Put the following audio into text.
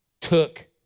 took